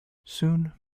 soon